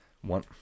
One